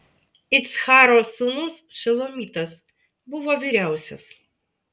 iccharo sūnus šelomitas buvo vyriausias